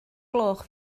gloch